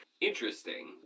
Interesting